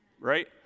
right